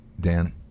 Dan